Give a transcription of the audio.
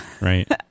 right